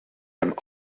hen